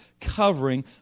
covering